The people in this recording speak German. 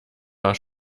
war